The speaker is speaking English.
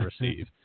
receive